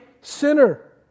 sinner